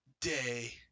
day